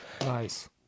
Nice